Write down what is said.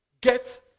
get